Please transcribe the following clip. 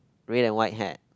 red and white hat